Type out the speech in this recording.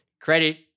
credit